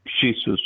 Jesus